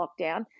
lockdown